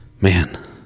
man